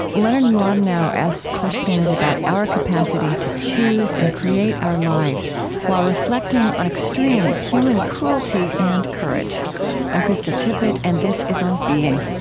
leonard mlodinow asks questions about our capacity to choose and create our lives while reflecting on extreme human cruelty and courage i'm krista tippett, and this is on being